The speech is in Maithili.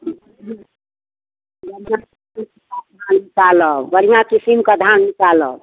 निकालब बढ़िआँ किस्मके धान निकालब